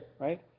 Right